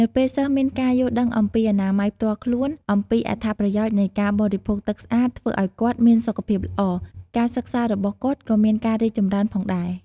នៅពេលសិស្សមានការយល់ដឹងអំពីអនាម័យផ្ទាល់ខ្លួន អំពីអត្ថប្រយោជន៍នៃការបរិភោគទឹកស្អាត ធ្វើឲ្យគាត់មានសុខភាពល្អ ការសិក្សារបស់គាត់ក៏មានការរីកចម្រើនផងដែរ។